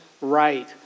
right